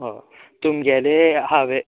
हय तुमगेले हांवें